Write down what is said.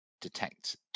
detect